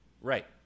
Right